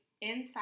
inside